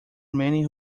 many